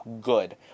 good